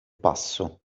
passo